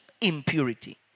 impurity